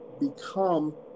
become